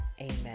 Amen